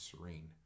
serene